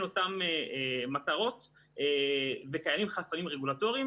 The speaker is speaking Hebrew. אותן מטרות וקיימים חסמים רגולטוריים,